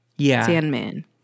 Sandman